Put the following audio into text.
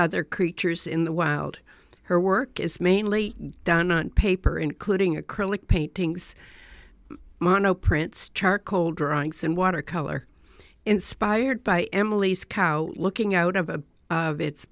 other creatures in the wild her work is mainly done on paper including acrylic paintings mondo prints charcoal drawings and watercolor inspired by emily's cow looking out of